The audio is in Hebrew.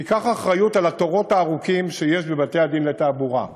תיקח אחריות על התורים הארוכים שיש בבתי-הדין לתעבורה,